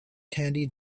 candy